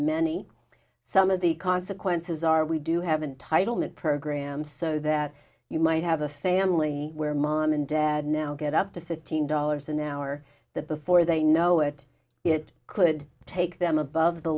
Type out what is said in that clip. many some of the consequences are we do have a title net programs so that you might have a family where mom and dad now get up to fifteen dollars an hour that before they know it it could take them above the